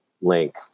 link